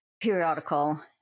periodical